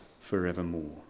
forevermore